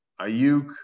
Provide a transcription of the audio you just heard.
Ayuk